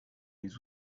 les